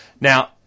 Now